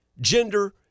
gender